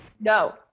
No